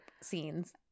scenes